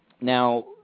Now